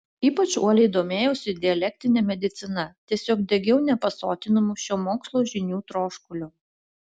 ypač uoliai domėjausi dialektine medicina tiesiog degiau nepasotinamu šio mokslo žinių troškuliu